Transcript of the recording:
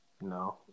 No